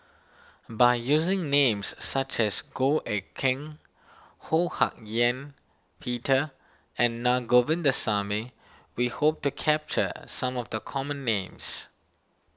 by using names such as Goh Eck Kheng Ho Hak Ean Peter and Naa Govindasamy we hope to capture some of the common names